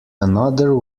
another